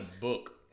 book